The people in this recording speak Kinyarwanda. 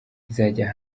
izajya